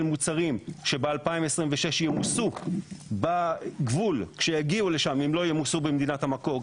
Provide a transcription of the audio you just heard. מוצרים שב-2026 ימוסו בגבול כשיגיעו לשם אם לא ימוסו במדינת המקור,